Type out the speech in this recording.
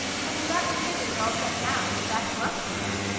have you got your figures all set down, to back you up, katie?